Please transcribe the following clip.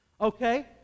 Okay